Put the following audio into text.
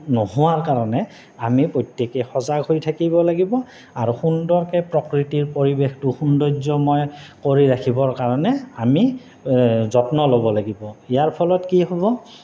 নোহোৱাৰ কাৰণে আমি প্ৰত্যেকেই সজাগ হৈ থাকিব লাগিব আৰু সুন্দৰকে প্ৰকৃতিৰ পৰিৱেশটো সৌন্দৰ্যময় কৰি ৰাখিবৰ কাৰণে আমি যত্ন ল'ব লাগিব ইয়াৰ ফলত কি হ'ব